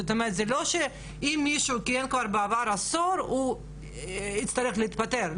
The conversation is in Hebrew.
זאת אומרת זה לא שאם מישהו כיהן כבר בעבר עשור הוא יצטרך להתפטר.